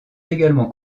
également